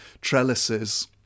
trellises